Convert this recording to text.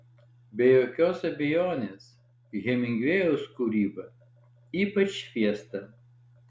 be jokios abejonės hemingvėjaus kūryba ypač fiesta